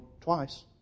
twice